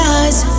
eyes